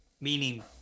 meaning